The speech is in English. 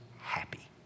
happy